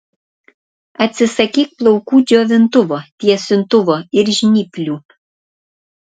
atsisakyk plaukų džiovintuvo tiesintuvo ir žnyplių